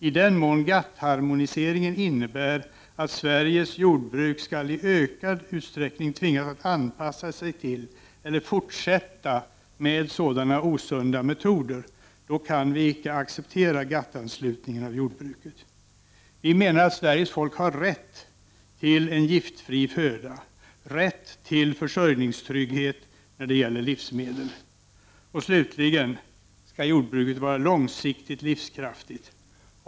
I den mån GATT-harmoniseringen innebär att Sveriges jordbruk skall tvingas att anpassa sig till eller fortsätta med sådana osunda metoder, kan vi inte acceptera GATT-anslutning av jordbruket. Vi menar att Sveriges folk har rätt till giftfri föda, rätt till försörjningstrygghet när det gäller livsmedel. Och slutligen skall jordbruket vara långsiktigt livskraftigt.